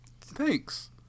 Thanks